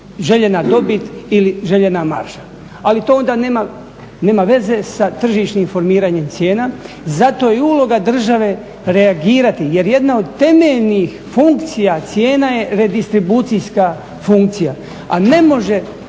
željena dobit ili željena marža. Ali to onda nema veze sa tržišnim formiranjem cijena zato je i uloga države reagirati jer jedna od temeljnih funkcija cijena je redistribucijska funkcija, a ne može